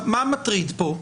מה מטריד פה?